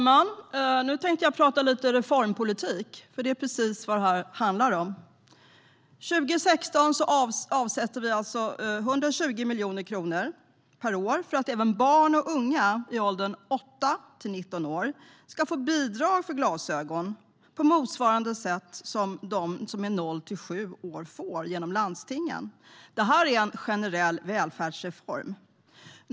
Herr talman! Jag tänkte tala lite om reformpolitik, för det är precis vad detta handlar om. Från 2016 avsätter vi 120 miljoner kronor per år för att även barn och unga i åldern 8-19 år ska få bidrag till glasögon på motsvarande sätt som de som är noll till sju år får genom landstingen. Det är en generell välfärdsreform.